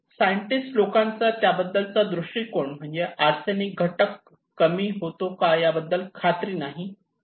scientist लोकांचा त्याबद्दलचा दृष्टीकोण म्हणजे आर्सेनिक घटक कमी होतो का याबद्दल खात्री नाही